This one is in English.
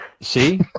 see